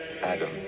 Adam